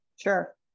Sure